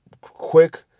quick